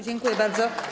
Dziękuję bardzo.